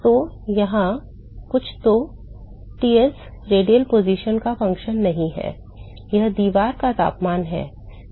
तो यहाँ कुछ तो Ts रेडियल स्थिति का फ़ंक्शन नहीं है यह दीवार का तापमान है